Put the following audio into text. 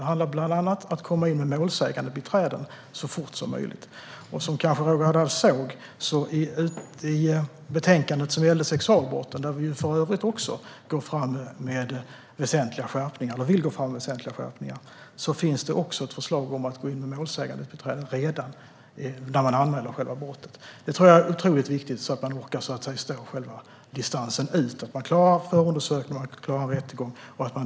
Det handlar bland annat om att komma in med målsägandebiträden så fort som möjligt. Som Roger Haddad kanske har sett i betänkandet om sexualbrotten, i vilket vi vill gå fram med väsentliga skärpningar, finns också ett förslag om att gå in med målsägandebiträden redan när själva brottet anmäls. Detta är otroligt viktigt för att man ska orka stå distansen ut, det vill säga genom förundersökning och rättegång.